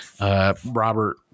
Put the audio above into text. Robert